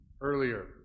earlier